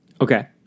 Okay